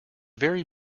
very